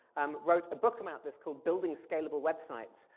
um wrote a book about this called building scalable websites,